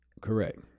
Correct